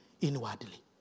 inwardly